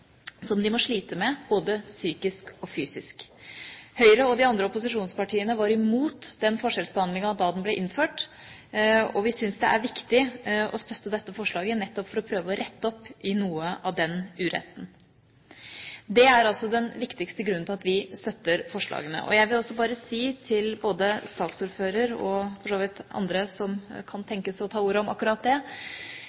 som de må slite med, både psykisk og fysisk. Høyre og de andre opposisjonspartiene var imot denne forskjellsbehandlingen da den ble innført. Vi syns det er viktig å støtte dette forslaget, nettopp for å prøve å rette opp noe av den uretten. Det er den viktigste grunnen til at vi støtter forslaget. Jeg vil også bare si, både til saksordføreren og for så vidt til andre som kan